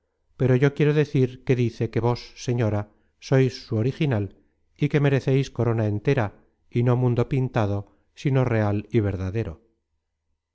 pero yo quiero decir que dice que vos señora sois su original y que mereceis corona entera y no mundo pintado sino real y verdadero